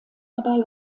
dabei